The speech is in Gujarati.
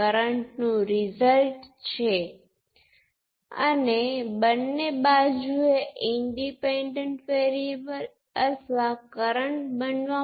આપણે જે કરવા જઈ રહ્યા છીએ તે આના જેવું જ છે ઇક્વેશન બતાવવાને બદલે આપણે ચિત્ર બતાવીશું